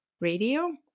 radio